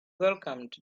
welcomed